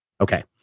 Okay